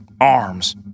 arms